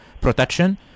protection